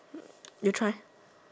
you try